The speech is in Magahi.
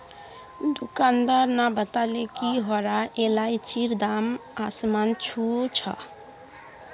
दुकानदार न बताले कि हरा इलायचीर दाम आसमान छू छ